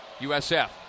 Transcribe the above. USF